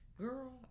Girl